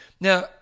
now